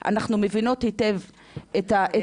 שאלתי שאלה --- קראתי את הכותרת --- לא,